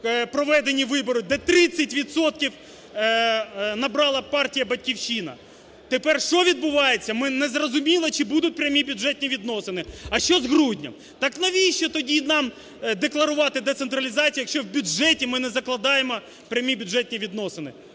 проведені вибори, де 30 відсотків набрала партія "Батьківщина". Тепер що відбувається? Не зрозуміло, чи будуть прямі бюджетні відносини. А що груднем? Так навіщо тоді нам декларувати децентралізацію, якщо в бюджеті ми не закладаємо прямі бюджетні відносини?